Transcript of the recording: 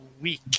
week